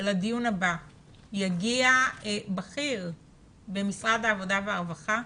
שלדיון הבא יגיע בכיר במשרד העבודה והרווחה.